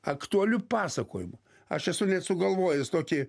aktualiu pasakojimu aš esu sugalvojęs tokį